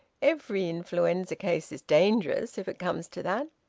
every influenza case is dangerous, if it comes to that.